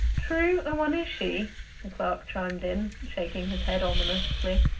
true a one is she the clerk chimed in, shaking his head ominously.